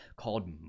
called